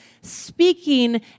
speaking